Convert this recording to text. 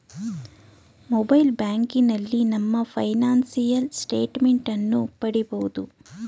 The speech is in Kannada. ಮೊಬೈಲ್ ಬ್ಯಾಂಕಿನಲ್ಲಿ ನಮ್ಮ ಫೈನಾನ್ಸಿಯಲ್ ಸ್ಟೇಟ್ ಮೆಂಟ್ ಅನ್ನು ಪಡಿಬೋದು